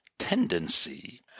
tendency